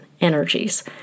energies